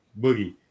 Boogie